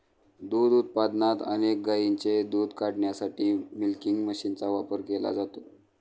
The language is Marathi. दूध उत्पादनात अनेक गायींचे दूध काढण्यासाठी मिल्किंग मशीनचा वापर केला जातो